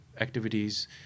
activities